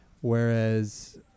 whereas